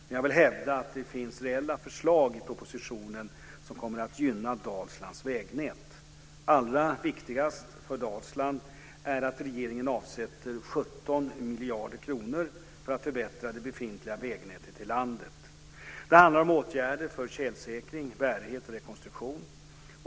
Men jag vill hävda att det finns reella förslag i propositionen som kommer att gynna Dalslands vägnät. Allra viktigast för Dalsland är att regeringen avsätter 17 miljarder kronor för att förbättra det befintliga vägnätet i landet. Det handlar om åtgärder för tjälsäkring, bärighet och rekonstruktion.